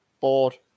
board